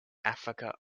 africa